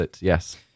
yes